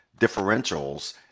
differentials